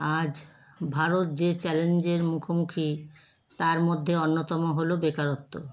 আজ ভারত যে চ্যালেঞ্জের মুখোমুখি তার মধ্যে অন্যতম হল বেকারত্ব